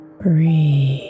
Breathe